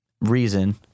reason